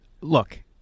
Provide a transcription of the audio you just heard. Look